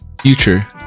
future